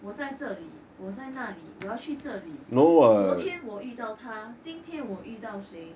我在这里我在那里我要去这里昨天我遇到他今天我遇到谁